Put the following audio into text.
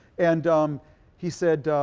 and um he said